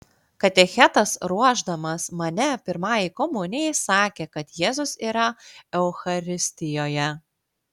katechetas ruošdamas mane pirmajai komunijai sakė kad jėzus yra eucharistijoje